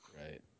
Right